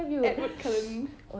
edward cullun